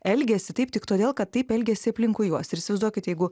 elgiasi taip tik todėl kad taip elgiasi aplinkui juos ir įsivaizduokit jeigu